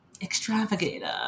Extravagator